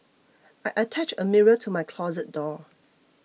I attached a mirror to my closet door